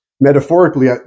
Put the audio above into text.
metaphorically